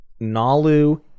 Nalu